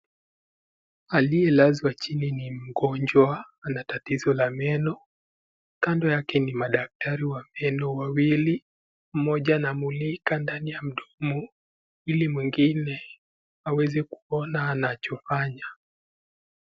Aliyelazwa chini ni mgonjwa. Ana tatizo la meno. Kando yake ni madaktari wa meno wawili. Mmoja anamulika ndani ya mdomo, ili mwingine aweze kuona anachofanya.